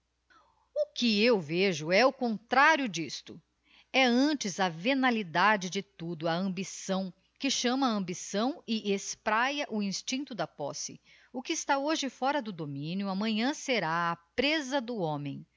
que eu vejo é o contrario d'isto é antes a venalidade de tudo a ambição que chama a ambição e espraia o instincto da posse o que está hoje fora do dominio amanhã será a preza do homem